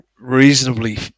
reasonably